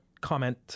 comment